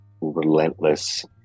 relentless